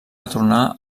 retornar